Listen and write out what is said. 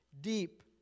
deep